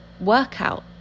workout